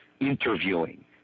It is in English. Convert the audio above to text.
interviewing